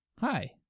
hi